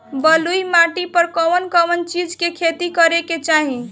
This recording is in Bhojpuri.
बलुई माटी पर कउन कउन चिज के खेती करे के चाही?